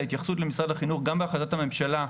ההתייחסות למשרד החינוך גם בהחלטת הממשלה,